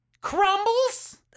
Crumbles